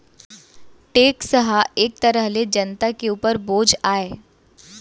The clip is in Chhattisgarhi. टेक्स ह एक तरह ले जनता के उपर बोझ आय